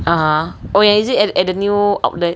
(uh huh) oh ya is it at at the new outlet